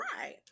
Right